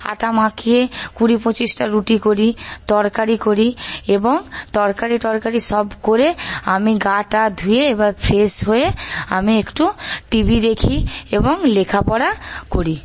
আটা মেখে কুড়ি পঁচিশটা রুটি করি তরকারি করি এবং তরকারি টরকারি সব করে আমি গা টা ধুয়ে এবার ফ্রেস হয়ে আমি একটু টিভি দেখি এবং লেখাপড়া করি